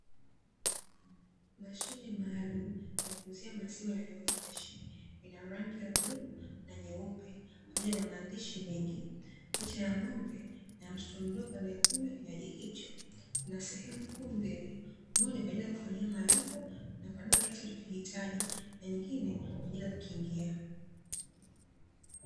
Mashine maalumu ya kuuzia maziwa yaliyo freshi, ina rangi ya bluu na nyeupe, pamoja na maandishi mengi. Picha ya ng'ombe na mtoto mdogo anayekunywa kinywaji hicho. Kuna sehemu kuu mbili, moja kwa ajili ya kufanyia malipo, na kuandika kiasi unachokihitaji, na nyingine kwa ajili ya kukingia.